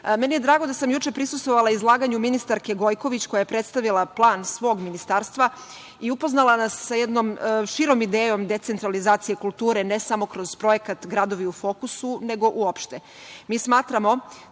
sada. Meni je drago da sam juče prisustvovala izlaganju ministarke Gojković koja je predstavila plan svog ministarstva i upoznala nas sa jednom širom idejom decentralizacije kulture ne samo kroz projekat „Gradovi u fokusu“ , nego uopšte. Mi